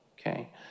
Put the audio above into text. Okay